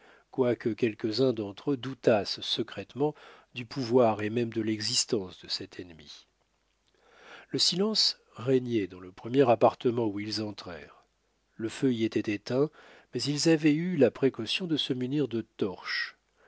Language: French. quoique quelques-uns d'entre eux doutassent secrètement du pouvoir et même de l'existence de cet ennemi le silence régnait dans le premier appartement où ils entrèrent le feu y était éteint mais ils avaient eu la précaution de se munir de torches